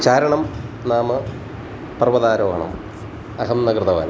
चारणं नाम पर्वतारोहणम् अहं न कृतवान्